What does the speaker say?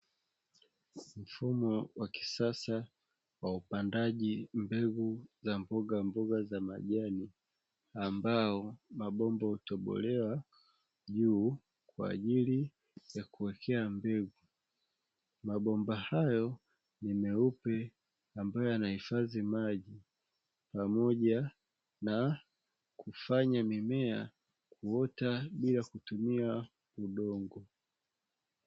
Mfumo wa kisasa wa upandaji mbegu za mboga mboga za majani ambao mabomba utobolewa juu kwa ajili ya kuwekea mbegu. mabomba hayo ni meupe ambayo yanahifadhi maji pamoja na kufanya mimea kuota bila kutumia udongo.